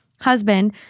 Husband